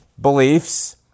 beliefs